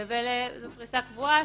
זו פריסה קבועה,